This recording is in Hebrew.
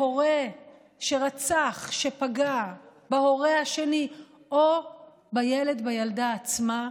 שהורה שרצח, שפגע בהורה השני או בילד, בילדה עצמה,